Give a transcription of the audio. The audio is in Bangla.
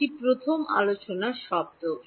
এটি প্রথম আলোচনার শব্দ